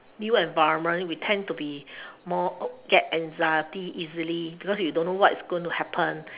new environment we tend to be more get anxiety easily because you don't know what's going to happen